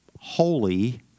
holy